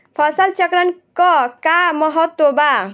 फसल चक्रण क का महत्त्व बा?